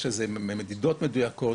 יש מדידות מדויקות.